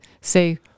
say